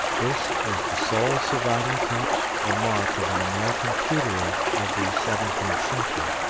this is the sole surviving touch or mark of an american pewterer of the seventeenth century.